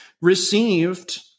received